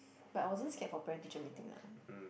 but I wasn't scared for parent teacher meeting lah